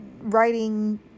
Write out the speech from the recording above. writing